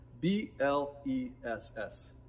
B-L-E-S-S